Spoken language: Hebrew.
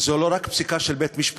זה לא רק פסיקה של בית-משפט,